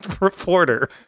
reporter